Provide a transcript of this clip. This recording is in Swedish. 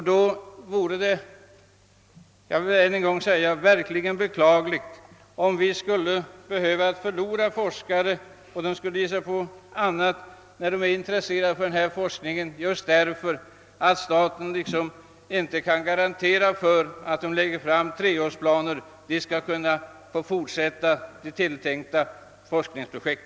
Då vore det verkligen beklagligt om vi skulle behöva förlora forskare som är intresserade av denna forskning och de skulle ägna sig åt annat just därför att staten inte kan garantera att det finns pengar för treårsplaner, så att forskarna skall kunna genomföra sina tilltänkta forskningsprojekt.